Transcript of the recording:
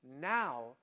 now